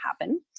happen